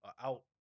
out